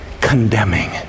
condemning